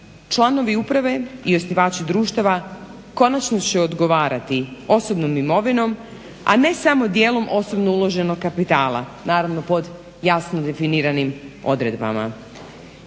Članovi uprave i osnivači društava konačno će odgovarati osobnom imovinom, a ne samo dijelom osobnog uloženog kapitala, naravno pod jasno definiranim odredbama.